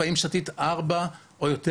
והאם שתו ארבע מנות או יותר,